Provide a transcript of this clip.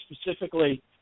specifically